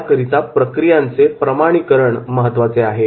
याकरिता प्रक्रियांचे प्रमाणीकरण महत्त्वाचे आहे